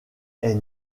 est